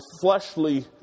fleshly